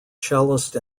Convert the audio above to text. cellist